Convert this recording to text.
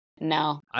No